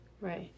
Right